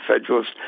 federalist